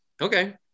okay